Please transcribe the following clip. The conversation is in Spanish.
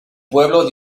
pueblo